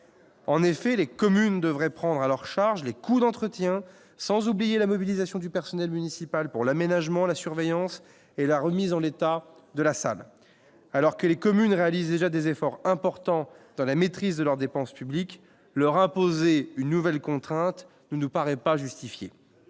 en effet, les communes devraient prendre à leur charge les coûts d'entretien sans oublier la mobilisation du personnel municipal pour l'aménagement, la surveillance et la remise en état de la salle, alors que les communes réalise déjà des efforts importants dans la maîtrise de leurs dépenses publiques leur imposer une nouvelle contrainte ne nous paraît pas justifié